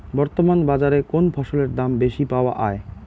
বর্তমান বাজারে কোন ফসলের দাম বেশি পাওয়া য়ায়?